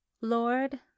Lord